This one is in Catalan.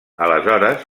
aleshores